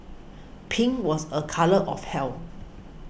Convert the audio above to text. pink was a colour of health